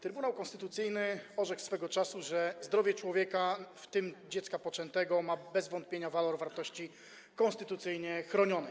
Trybunał Konstytucyjny orzekł swego czasu, że zdrowie człowieka, w tym dziecka poczętego, ma bez wątpienia walor wartości konstytucyjnie chronionej.